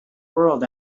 world